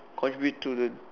contribute to the